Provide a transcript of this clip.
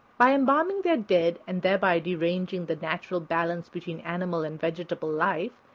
by embalming their dead and thereby deranging the natural balance between animal and vegetable life,